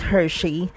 Hershey